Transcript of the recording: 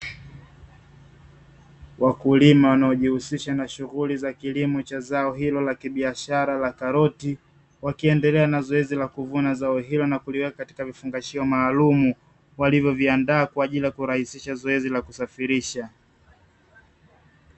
Wakulima wanaojihusisha na shughuli za kilimo cha zao hilo la kibiashara la karoti, wakiendelea na zoezi la kuvuna zao hilo na kuliweka katika vifungashio maalumu walivyoviandaa kwa ajili ya kurahisisha zoezi la kusafirisha.